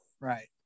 Right